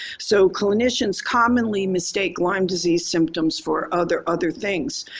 so clinicians commonly mistake lyme disease symptoms for other other things.